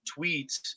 tweets